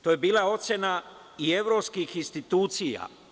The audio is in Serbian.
To je bila ocena i evropskih institucija.